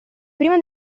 prima